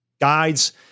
guides